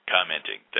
Commenting